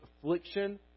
affliction